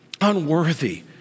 unworthy